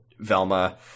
Velma